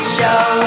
Show